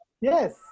yes